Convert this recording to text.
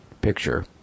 picture